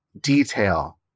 detail